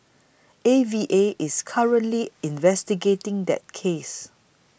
A V A is currently investigating that case